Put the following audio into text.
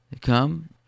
come